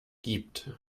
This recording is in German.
gibt